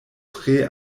tre